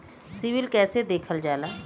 CIBIL कैसे देखल जाला?